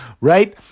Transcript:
right